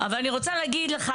אבל אני רוצה להגיד לך,